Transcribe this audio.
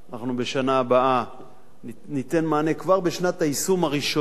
ואנחנו בשנה הבאה ניתן מענה כבר בשנת היישום הראשונה